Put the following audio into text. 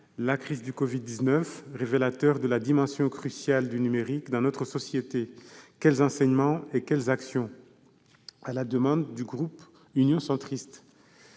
La crise du Covid-19 : révélateur de la dimension cruciale du numérique dans notre société. Quels enseignements et quelles actions ?» Dans le débat, la parole est